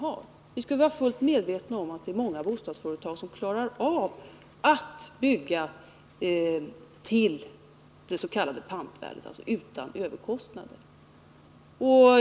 Men vi bör i det här sammanhanget vara medvetna om att många bostadsföretag klarar av att bygga till det s.k. pantvärdet, alltså utan överkostnader.